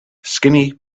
skinny